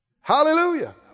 Hallelujah